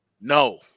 No